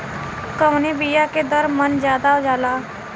कवने बिया के दर मन ज्यादा जाला?